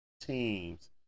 teams